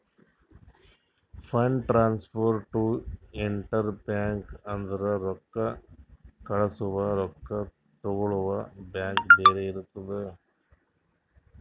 fund transfer to inter bank ಅಂದುರ್ ರೊಕ್ಕಾ ಕಳ್ಸವಾ ರೊಕ್ಕಾ ತಗೊಳವ್ ಬ್ಯಾಂಕ್ ಬ್ಯಾರೆ ಇರ್ತುದ್